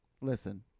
listen